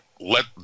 let